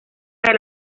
del